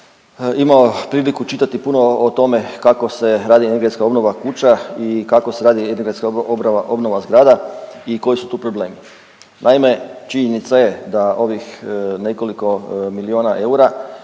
imao priliku čitati puno o tome kako se radi energetska obnova kuća i kako se radi obnova zgrada i koji su tu problemi. Naime, činjenica je da ovih nekoliko milijuna eura